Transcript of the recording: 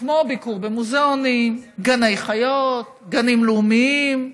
כמו ביקור במוזיאונים, גני חיות, גנים לאומיים,